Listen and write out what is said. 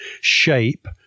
shape